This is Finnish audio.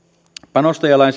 panostajalain